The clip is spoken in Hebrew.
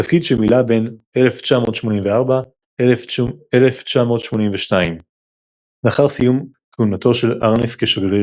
תפקיד שמילא בין 1982–1984. לאחר סיום כהונתו של ארנס כשגריר,